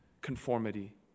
conformity